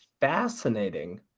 fascinating